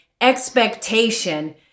expectation